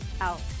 out